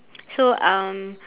so um